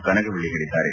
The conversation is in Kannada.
ಕನಗವಲ್ಲಿ ಹೇಳಿದ್ದಾರೆ